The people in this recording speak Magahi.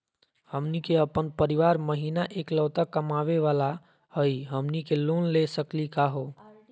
हमनी के अपन परीवार महिना एकलौता कमावे वाला हई, हमनी के लोन ले सकली का हो?